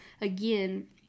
again